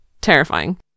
terrifying